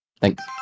Thanks